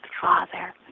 Father